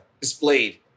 displayed